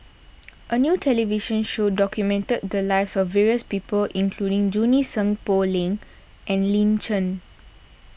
a new television show documented the lives of various people including Junie Sng Poh Leng and Lin Chen